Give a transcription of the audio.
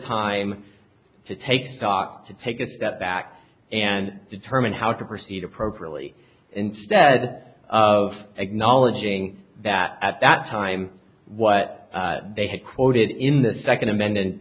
time to take stock to take a step back and determine how to proceed appropriately instead of acknowledging that at that time what they had quoted in the second amendment